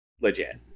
Legit